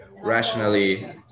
rationally